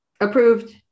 Approved